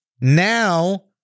Now